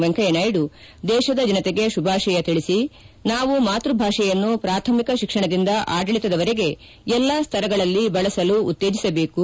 ವೆಂಕಯ್ಯನಾಯ್ದ ದೇಶದ ಜನತೆಗೆ ಶುಭಾಶಯ ತಿಳಿಸಿ ನಾವು ಮಾತೃ ಭಾಷೆಯನ್ನು ಪ್ರಾಥಮಿಕ ಶಿಕ್ಷಣದಿಂದ ಆಡಳಿತದವರೆಗೆ ಎಲ್ಲಾ ಸ್ತರಗಳಲ್ಲಿ ಬಳಸಲು ಉತ್ತೇಜಿಸಬೇಕು